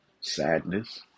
sadness